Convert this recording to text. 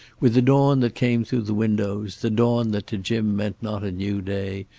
with the dawn that came through the windows, the dawn that to jim meant not a new day,